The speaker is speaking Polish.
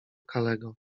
kalego